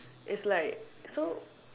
it's like so